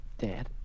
Dad